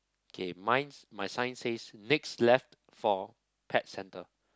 okay mines my sign says next left for pet centre